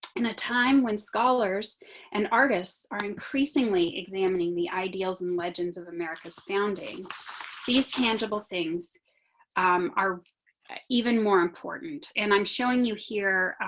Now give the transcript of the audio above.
and a time when scholars and artists are increasingly examining the ideals and legends of america's founding these tangible things are even more important, and i'm showing you here.